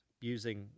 using